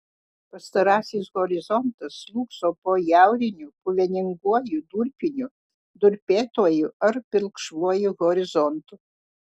pastarasis horizontas slūgso po jauriniu puveninguoju durpiniu durpėtuoju ar pilkšvuoju horizontu